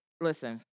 listen